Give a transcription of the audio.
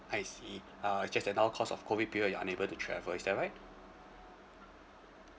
I see uh just that now cause of COVID period you're unable to travel is that right